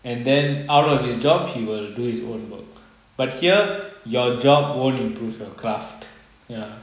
and then out of his job he will do his own work but here your job won't improve your craft ya